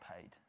paid